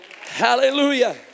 Hallelujah